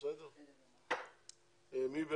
בואו